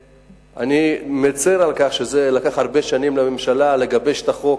אני מצר על כך שזה לקח הרבה שנים לממשלה לגבש את החוק,